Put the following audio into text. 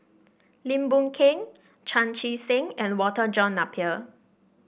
Lim Boon Keng Chan Chee Seng and Walter John Napier